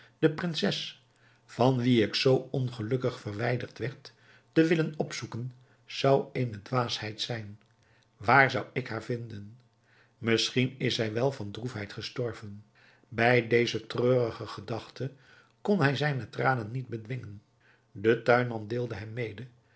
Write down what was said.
de prinses van wie ik zoo ongelukkig verwijderd werd te willen opzoeken zou eene dwaasheid zijn waar zou ik haar vinden misschien is zij wel van droefheid gestorven bij deze treurige gedachte kon hij zijne tranen niet bedwingen de tuinman deelde hem mede